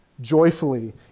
joyfully